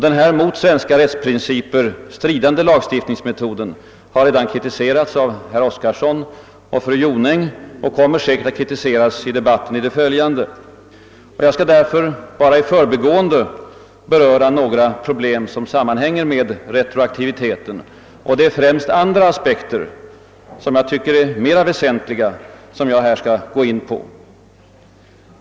Denna mot svenska rättsprinciper stridande lagstiftningsmetod har redan kritiserats av herr Oscarson och av fru Jonäng och kommer säkerligen också att kritiseras i den följande debatten. Jag tänker därför endast i förbigående beröra några därmed sammanhängande problem. Det är andra aspekter som jag tycker är mera väsentliga och som jag kommer att gå in på.